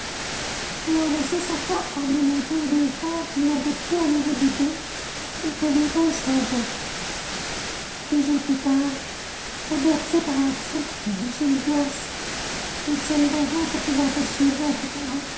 et a laissé sa carte pour bien montrer aux deux frères qu'il n'avait plus à les redouter et que les rôles changeaient deux jours plus tard averti par l'article du gil blas étienne varin se présentait chez